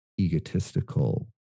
egotistical